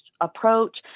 approach